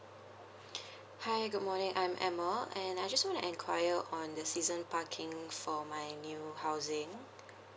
hi good morning I'm emma and I just want to inquire on the season parking for my new housing